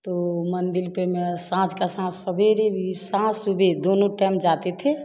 तो मंदिर पर मैं शाम के शाम सवेरे भी शाम सुबह दोनों टाइम जाते थे